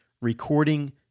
recording